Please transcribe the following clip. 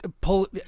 Pull